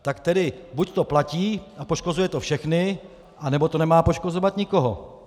Tak tedy buď to platí a poškozuje to všechny, anebo to nemá poškozovat nikoho!